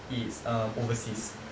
it's um overseas